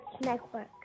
Network